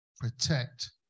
protect